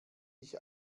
ich